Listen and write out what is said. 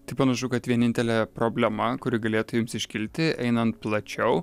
tai panašu kad vienintelė problema kuri galėtų jums iškilti einant plačiau